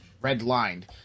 red-lined